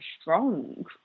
strong